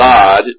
God